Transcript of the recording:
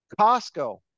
Costco